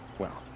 well.